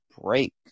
break